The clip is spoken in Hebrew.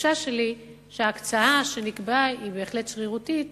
שהתחושה שלי היא שההקצאה שנקבעה היא בהחלט שרירותית,